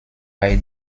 bei